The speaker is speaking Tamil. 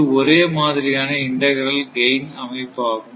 இது ஒரே மாதிரியான இண்டகிரல் கைன் அமைப்பு ஆகும்